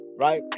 right